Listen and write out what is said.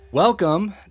Welcome